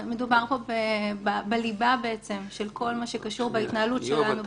מדובר פה בליבה של כל מה שקשור בהתנהלות שלנו בחברה.